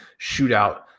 shootout